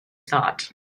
thought